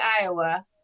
Iowa